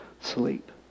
sleep